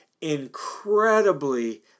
incredibly